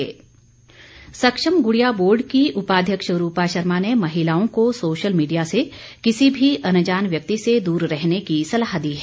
Gudiya board सक्षम Gudiya board की उपाध्यक्ष रूपा शर्मा ने महिलाओं को सोशल मीडिया से किसी भी अनजान व्यक्ति से दूर रहने की सलाह दी है